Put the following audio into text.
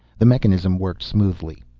the mechanism worked smoothly.